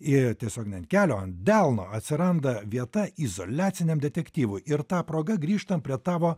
i tiesiog ne ant kelio o ant delno atsiranda vieta izoliaciniam detektyvui ir ta proga grįžtam prie tavo